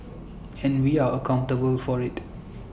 and we are accountable for IT